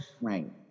Right